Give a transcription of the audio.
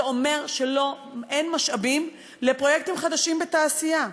זה אומר שאין משאבים לפרויקטים חדשים בתעשייה.